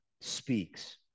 speaks